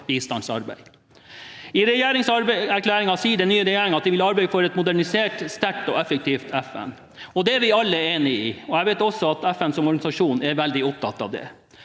bistandsarbeid. I regjeringserklæringen sier den nye regjeringen at den vil «arbeide for et modernisert, sterkt og effektivt FN». Det er vi alle enige om. Jeg vet også at FN som organisasjon er veldig opptatt av det.